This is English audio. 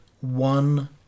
one